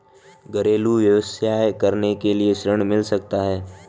घरेलू व्यवसाय करने के लिए ऋण मिल सकता है?